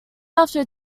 after